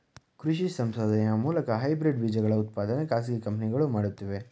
ಕೃಷಿ ಸಂಶೋಧನೆಯ ಮೂಲಕ ಹೈಬ್ರಿಡ್ ಬೀಜಗಳ ಉತ್ಪಾದನೆ ಖಾಸಗಿ ಕಂಪನಿಗಳು ಮಾಡುತ್ತಿವೆ